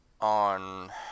on